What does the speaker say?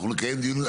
אנחנו נקיים דיון,